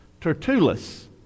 Tertullus